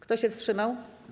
Kto się wstrzymał?